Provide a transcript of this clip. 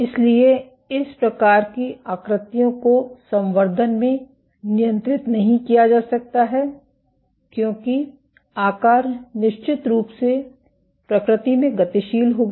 इसलिए इस प्रकार की आकृतियों को संवर्धन में नियंत्रित नहीं किया जा सकता है क्योंकि आकार निश्चित रूप से प्रकृति में गतिशील होगा